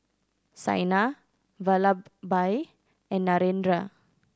Saina Vallabhbhai and Narendra